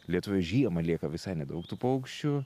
lietuvoj žiemą lieka visai nedaug tų paukščių